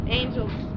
angels